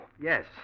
yes